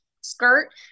skirt